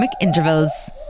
intervals